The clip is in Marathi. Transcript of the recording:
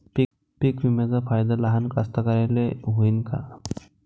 पीक विम्याचा फायदा लहान कास्तकाराइले होईन का?